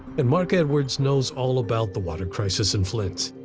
and marc edwards knows all about the water crisis in flint.